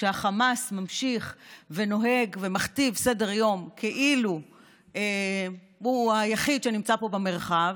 שהחמאס ממשיך ונוהג ומכתיב סדר-יום כאילו הוא היחיד שנמצא פה במרחב,